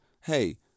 hey